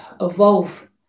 evolve